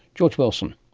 george wilson.